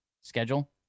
schedule